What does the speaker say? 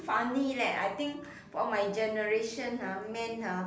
funny leh I think for my generation ah men ah